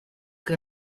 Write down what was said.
que